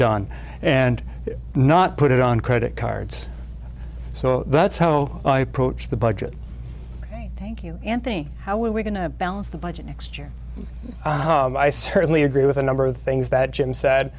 done and not put it on credit cards so that's how i approach the budget thank you anthony how we're going to balance the budget next year i certainly agree with a number of things that jim said